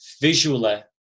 visually